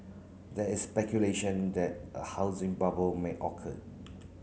there is speculation that a housing bubble may occur